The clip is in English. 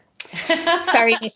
Sorry